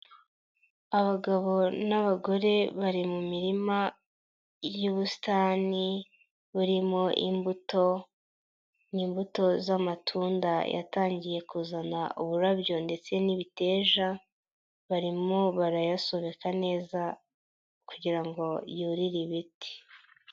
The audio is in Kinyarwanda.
Abagabo n'abagore bari mu mirima y'ubusitani burimo imbuto, ni imbuto z'amatunda yatangiye kuzana uburabyo ndetse n'ibiteja, barimo barayasobeka neza kugira ngo yurire ibiti.